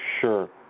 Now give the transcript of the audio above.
sure